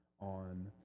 on